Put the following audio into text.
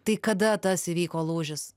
tai kada tas įvyko lūžis